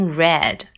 red